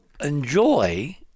enjoy